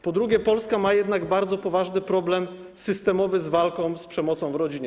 Po drugie, Polska ma jednak bardzo poważny problem systemowy z walką z przemocą w rodzinie.